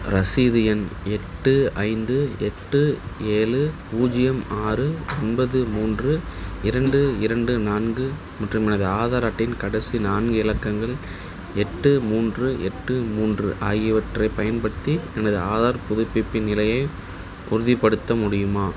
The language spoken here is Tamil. ரசீது எண் எட்டு ஐந்து எட்டு ஏழு பூஜ்ஜியம் ஆறு ஒன்பது மூன்று இரண்டு இரண்டு நான்கு மற்றும் எனது ஆதார் அட்டையின் கடைசி நான்கு இலக்கங்கள் எட்டு மூன்று எட்டு மூன்று ஆகியவற்றை பயன்படுத்தி எனது ஆதார் புதுப்பிப்பின் நிலையை உறுதிப்படுத்த முடியுமா